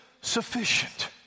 sufficient